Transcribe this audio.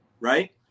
right